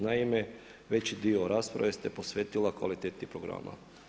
Naime, veći dio rasprave ste posvetila kvaliteti programa.